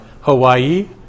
Hawaii